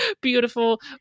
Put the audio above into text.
beautiful